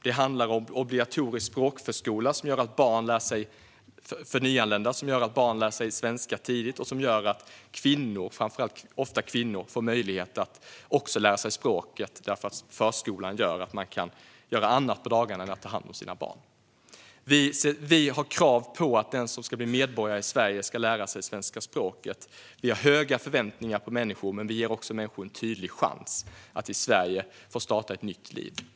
Det handlar om obligatorisk språkförskola för nyanlända, som gör att barn lär sig svenska tidigt och som gör att framför allt kvinnor får möjlighet att också lära sig språket därför att förskolan gör att de kan göra annat på dagarna än att ta hand om sina barn. Vi ställer krav på att den som ska bli medborgare i Sverige ska lära sig svenska språket. Vi har höga förväntningar på människor, men vi ger också människor en tydlig chans att i Sverige få starta ett nytt liv.